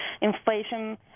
inflation